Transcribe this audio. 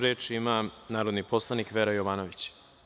Reč ima narodni poslanik Vera Jovanović.